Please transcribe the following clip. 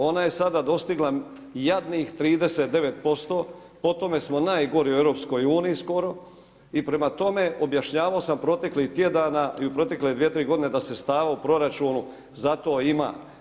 Ona je sada dostigla jadnih 39% potome smo najgori u EU skoro i prema tome objašnjavao sam proteklih tjedana i u protekle dvije tri godine da stav o proračunu za to ima.